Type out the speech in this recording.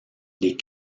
les